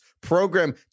Program